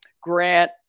grant